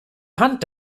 hand